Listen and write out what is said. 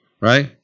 right